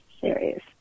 serious